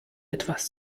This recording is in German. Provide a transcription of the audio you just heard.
etwas